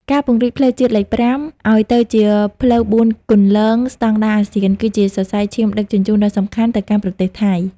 ការពង្រីកផ្លូវជាតិលេខ៥ ឱ្យទៅជាផ្លូវបួនគន្លងស្ដង់ដារអាស៊ាន គឺជាសរសៃឈាមដឹកជញ្ជូនដ៏សំខាន់ទៅកាន់ប្រទេសថៃ។